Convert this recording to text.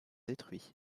détruits